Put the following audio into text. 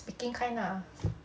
speaking kind lah